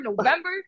November